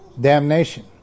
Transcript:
Damnation